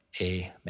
amen